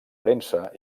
premsa